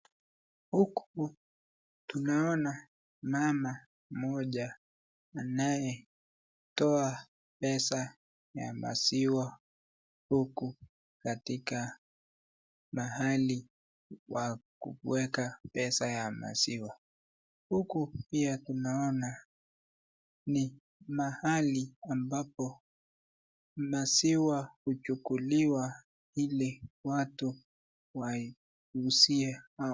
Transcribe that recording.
Huku tunaona mama moja anayetoa pesa ya maziwa huku katika mahali wa kuweka pesa ya maziwa, huku pia tunaona ni mahali ambapo maziwa huchukuliwa ili watu wauuzie hawa.